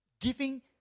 giving